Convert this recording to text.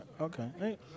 Okay